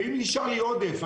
ואם נשאר לי עודף,